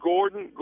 Gordon